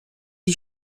die